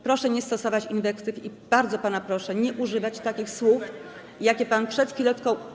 Proszę nie stosować inwektyw i - bardzo pana proszę - nie używać takich słów, jakich pan przed chwileczką.